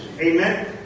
Amen